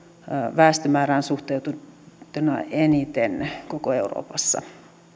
väestömäärään suhteutettuna eniten koko euroopassa